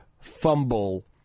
fumble